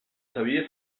sabia